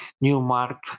Newmark